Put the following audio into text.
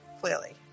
clearly